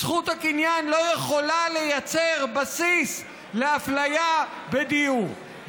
זכות הקניין לא יכולה לייצר בסיס לאפליה בדיור.